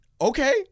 okay